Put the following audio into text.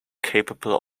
capable